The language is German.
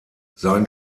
sein